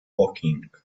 woking